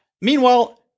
Meanwhile